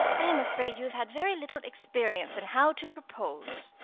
i am afraid you have had very little experience in how to propose.